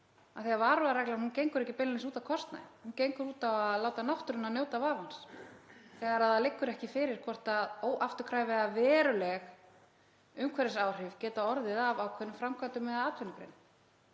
Varúðarreglan gengur ekki beinlínis út á kostnað. Hún gengur út á að láta náttúruna njóta vafans þegar það liggur ekki fyrir hvort óafturkræf eða veruleg umhverfisáhrif geti orðið af ákveðnum framkvæmdum eða atvinnugreinum.